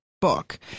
book